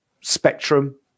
spectrum